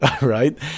right